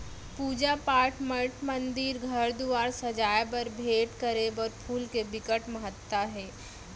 पूजा पाठ, मठ मंदिर, घर दुवार सजाए बर, भेंट करे बर फूल के बिकट महत्ता हे